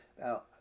Now